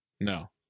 No